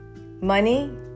Money